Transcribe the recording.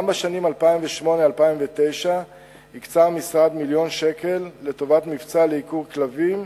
גם בשנים 2008 2009 הקצה המשרד מיליון שקל לטובת מבצע לעיקור כלבים,